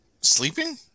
sleeping